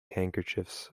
handkerchiefs